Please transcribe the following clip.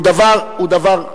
הוא דבר,